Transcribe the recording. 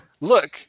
Look